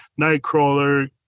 Nightcrawler